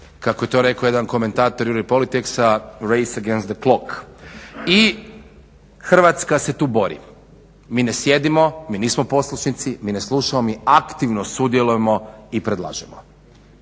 Kako je to rekao jedan komentator … /Govornik se ne razumije./ … politics-a, 'Race against the clock'. I Hrvatska se tu bori, mi ne sjedimo, mi nismo poslušnici, mi ne slušamo, mi aktivno sudjelujemo i predlažemo.